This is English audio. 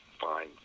fine